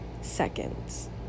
seconds